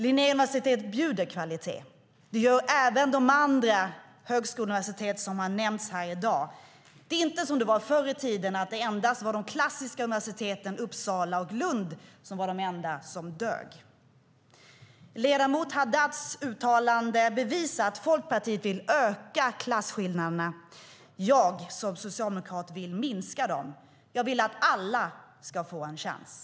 Linnéuniversitetet erbjuder kvalitet. Det gör även de andra högskolor och universitet som nämnts i debatten i dag. Det är inte som förr i tiden när det endast var de klassiska universiteten, Uppsala och Lund, som dög. Ledamot Haddads uttalande visar att Folkpartiet vill öka klasskillnaderna. Jag som socialdemokrat vill minska dem. Jag vill att alla ska få en chans.